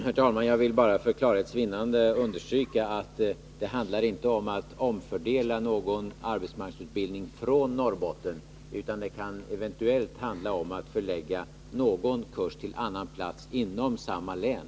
Herr talman! Jag vill bara för klarhets vinnande understryka att det inte handlar om att omfördela någon arbetsmarknadsutbildning från Norrbotten, utan det kan eventuellt handla om att förlägga någon kurs till annan plats inom samma län.